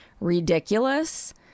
ridiculous